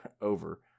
over